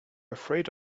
afraid